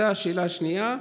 זו השאלה השנייה.